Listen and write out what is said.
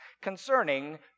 concerning